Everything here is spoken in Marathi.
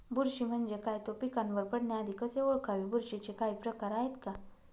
बुरशी म्हणजे काय? तो पिकावर पडण्याआधी कसे ओळखावे? बुरशीचे काही प्रकार आहेत का?